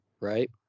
right